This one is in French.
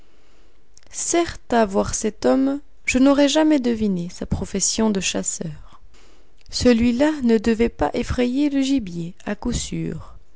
à voir cet homme je n'aurais jamais deviné sa profession de chasseur celui-là ne devait pas effrayer le gibier à coup sûr